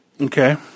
Okay